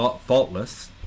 faultless